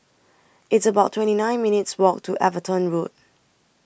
It's about twenty nine minutes' Walk to Everton Road